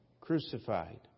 crucified